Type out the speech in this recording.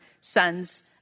sons